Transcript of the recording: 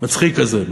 המצחיק הזה,